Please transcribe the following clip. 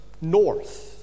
north